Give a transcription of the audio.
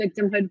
victimhood